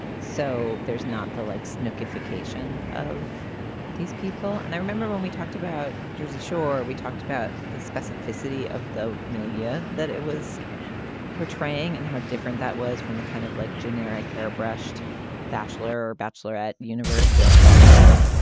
so there's not the likes notification of these people. and i remember when we talked about jersey shore, we talked about the specificity of the millia that it was portraying and how different that was from the kind of like generic, airbrushed bachelor or bachelorette universe where it felt like.